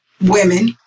women